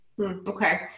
Okay